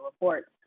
reports